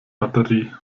batterie